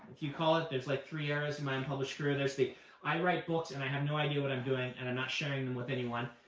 if you call it. there's like three eras in my unpublished career. there's the i write books and i have no idea what i'm doing and i'm not sharing them with anyone.